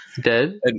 Dead